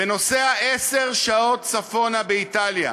ונוסע עשר שעות צפונה באיטליה,